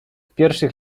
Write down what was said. pierwszych